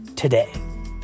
Today